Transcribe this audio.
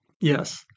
Yes